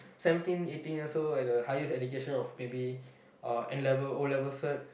seventeen eighteen years old and the highest education of maybe N-level O-level cert